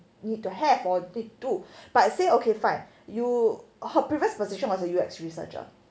need to have or do but say okay fine you her previous position was a U_X researcher